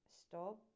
Stop